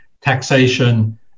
taxation